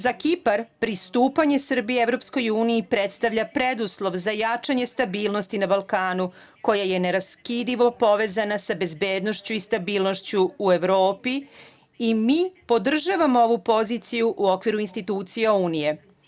Za Kipar, pristupanje Srbije Evropskoj uniji predstavlja preduslov za jačanje stabilnosti na Balkanu, koja je neraskidivo povezana sa bezbednošću i stabilnošću u Evropi i mi podržavamo ovu poziciju u okviru institucija Unije.